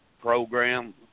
program